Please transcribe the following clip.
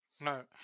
No